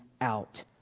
out